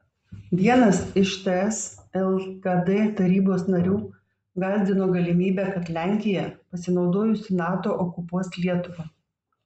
vienas iš ts lkd tarybos narių gąsdino galimybe kad lenkija pasinaudojusi nato okupuos lietuvą